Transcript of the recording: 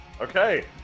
Okay